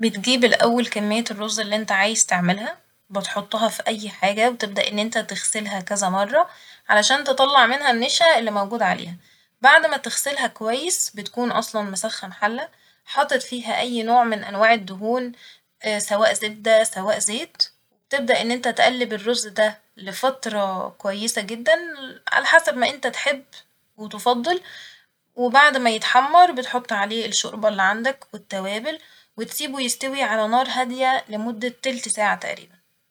بتجيب الأول كمية الرز اللي انت عايز تعملها ، بتحطها في أي حاجة وتبدأ ان انت تغسلها كذا مرة علشان تطلع منها النشا اللي موجود عليها ، بعد ما تغسلها كويس بتكون اصلا مسخن حلة حاطط فيها أي نوع من أنواع الدهون سواء زبدة سواء زيت ، تبدأ ان انت تقلب الرز ده لفترة كويسة جدا على حسب ما انت تحب وتفضل وبعد ما يتحمر بتحط عليه الشوربة اللي عندك والتوابل وتسيبه يستوى على نار هادية لمدة تلت ساعة تقريبا